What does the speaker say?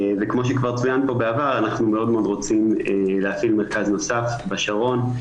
וכמו שגם צוין פה בעבר אנחנו מאוד רוצים להפעיל מרכז נוסף בשרון,